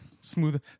Smooth